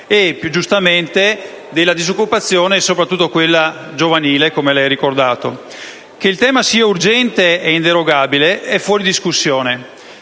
o, più giustamente, della disoccupazione, soprattutto quella giovanile, come lei ha ricordato. Che il tema sia urgente e inderogabile è fuori discussione,